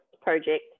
project